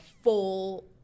full